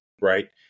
Right